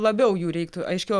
labiau jų reiktų aiškiau